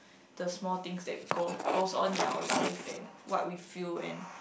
the small things that go goes on in our life and what we feel and